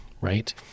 Right